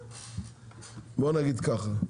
בוא נגיד ככה,